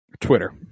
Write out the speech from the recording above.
Twitter